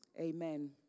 Amen